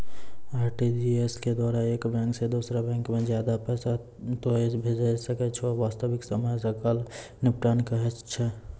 RTGS के द्वारा एक बैंक से दोसरा बैंको मे ज्यादा पैसा तोय भेजै सकै छौ वास्तविक समय सकल निपटान कहै छै?